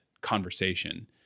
conversation